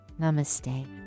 Namaste